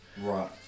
Right